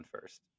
first